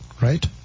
right